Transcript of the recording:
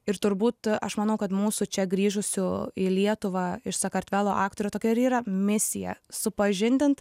ir turbūt aš manau kad mūsų čia grįžusių į lietuvą iš sakartvelo aktorių tokia ir yra misija supažindint